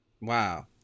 wow